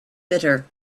bitter